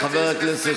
חבר הכנסת